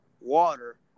water